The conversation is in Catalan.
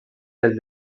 les